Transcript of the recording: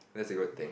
that's a good thing